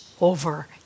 over